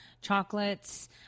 chocolates